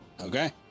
Okay